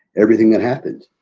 everything that happened.